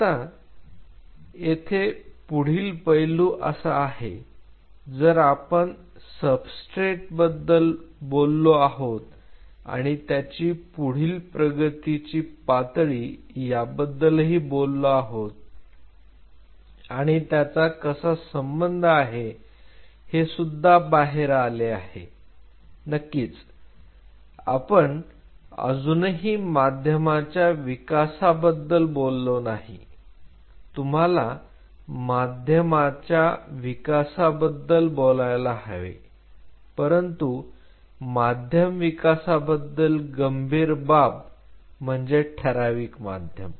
आता येथे पुढील पैलू असा आहे जर आपण सबस्ट्रेट बद्दल बोलतो आहोत आणि त्याची पुढील प्रगतीची पातळी याबद्दलही बोलतो आहोत आणि त्याचा कसा संबंध आहे हे सुद्धा बाहेर आले आहे नक्कीच आपण अजूनही माध्यमाच्या विकासाबद्दल बोललो नाही तुम्हाला माध्यमाचा विकासाबद्दल बोलायला हवे परंतु माध्यम विकासाबद्दल गंभीर बाब म्हणजे ठराविक माध्यम